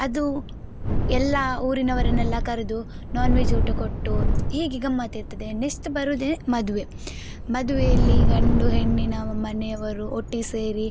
ಅದು ಎಲ್ಲ ಊರಿನವರನ್ನೆಲ್ಲ ಕರೆದು ನಾನು ವೆಜ್ ಊಟ ಕೊಟ್ಟು ಹೀಗೆ ಗಮ್ಮತ್ತಿರ್ತದೆ ನೆಸ್ಟ್ ಬರುವುದೇ ಮದುವೆ ಮದುವೆಯಲ್ಲಿ ಗಂಡು ಹೆಣ್ಣಿನ ಮನೆಯವರು ಒಟ್ಟಿಗೆ ಸೇರಿ